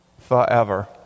forever